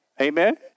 Amen